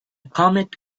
comet